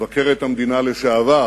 ומבקרת המדינה לשעבר